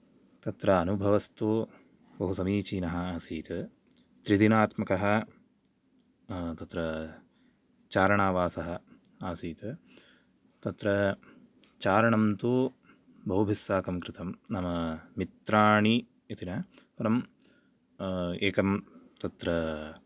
तत्र अनुभवस्तु बहुसमीचिनः आसीत् त्रिदिनात्मिकः तत्र चारणावासः आसीत् तत्र चारणं तु बहुभिस्साकं कृतं नाम मित्राणि इति न परम् एकं तत्र